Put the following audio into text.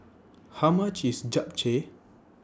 How much IS Japchae